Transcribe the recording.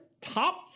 top